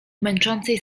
męczącej